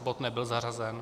Bod nebyl zařazen.